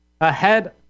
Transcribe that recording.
ahead